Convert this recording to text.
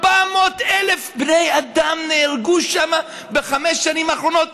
400,000 בני אדם נהרגו שם בחמש השנים האחרונות,